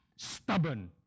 stubborn